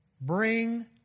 bring